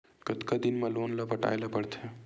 कतका दिन मा लोन ला पटाय ला पढ़ते?